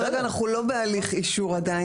כרגע אנחנו לא בהליך אישור פורמלי,